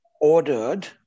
ordered